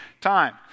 time